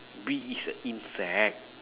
bee is an insect